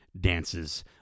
dances